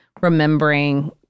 remembering